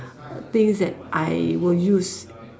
things that I will use